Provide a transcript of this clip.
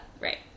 Right